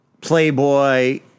playboy